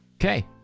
Okay